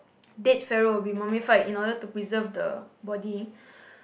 dead Pharaoh would be mummified in order to preserve the body